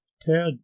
Tad